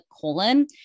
colon